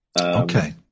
Okay